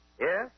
Yes